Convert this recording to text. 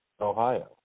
Ohio